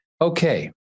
Okay